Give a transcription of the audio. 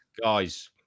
guys